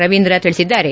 ರವೀಂದ್ರ ತಿಳಿಸಿದ್ದಾರೆ